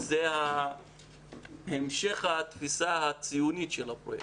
זה המשך התפיסה הציונית של הפרויקט,